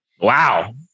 Wow